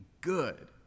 good